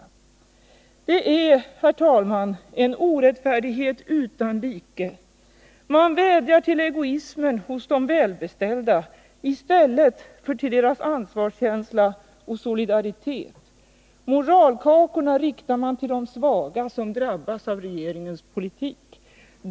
Det är, herr talman, en orättfärdighet utan like! Man vädjar till egoismen hos de välbeställda i stället för till deras ansvarskänsla och solidaritet. Moralkakorna riktar man till de svaga som drabbas av regeringens politik.